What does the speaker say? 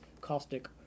caustic